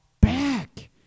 back